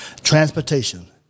Transportation